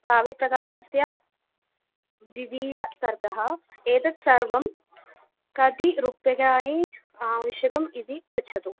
काव्यप्रकाशस्य द्वितीयः सर्गः एतत् सर्वं कति रूप्यकाणि आवश्यकम् इति पृच्छतु